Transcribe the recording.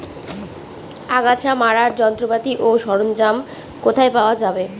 আগাছা মারার যন্ত্রপাতি ও সরঞ্জাম কোথায় পাওয়া যাবে?